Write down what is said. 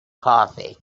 coffee